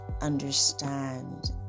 understand